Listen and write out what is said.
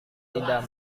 tidak